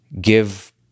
give